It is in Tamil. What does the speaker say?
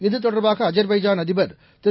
இதுதொடர்பாக அஜர்பைஜான் அதிபர் திரு